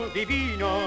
divino